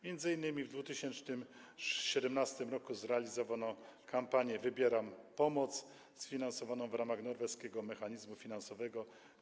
Między innymi w 2017 r. zrealizowano kampanię „Wybieram pomoc” sfinansowaną w ramach Norweskiego Mechanizmu Finansowego.